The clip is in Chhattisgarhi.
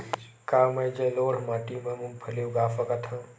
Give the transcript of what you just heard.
का मैं जलोढ़ माटी म मूंगफली उगा सकत हंव?